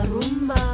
rumba